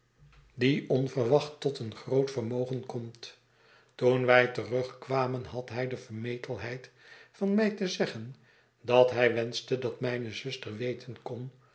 die onverwacht tot een groot vermogen komt toen wij terugkwamen had hij de vermetelheid van mij te zeggen dat hij wenschte dat mijne zuster weten kon